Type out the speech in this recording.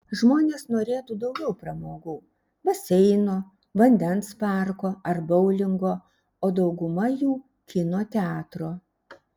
žmonės norėtų daugiau pramogų baseino vandens parko ar boulingo o dauguma jų kino teatro